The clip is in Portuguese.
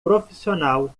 profissional